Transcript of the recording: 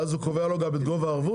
ואז הוא קובע לו גם את גובה הערבות?